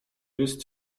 jest